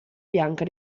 bianca